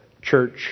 church